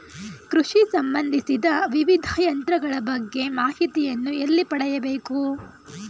ಕೃಷಿ ಸಂಬಂದಿಸಿದ ವಿವಿಧ ಯಂತ್ರಗಳ ಬಗ್ಗೆ ಮಾಹಿತಿಯನ್ನು ಎಲ್ಲಿ ಪಡೆಯಬೇಕು?